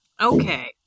okay